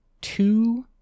two